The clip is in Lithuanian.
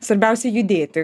svarbiausia judėti